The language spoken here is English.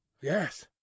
Yes